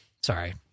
sorry